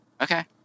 Okay